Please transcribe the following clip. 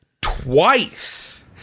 twice